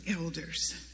elders